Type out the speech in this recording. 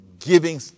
giving